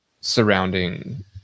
surrounding